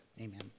Amen